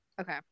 okay